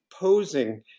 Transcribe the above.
posing